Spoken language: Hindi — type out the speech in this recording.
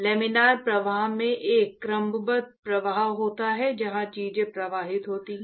लैमिनार प्रवाह में एक क्रमबद्ध प्रवाह होता है जहां चीजें प्रवाहित होती हैं